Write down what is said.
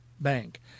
bank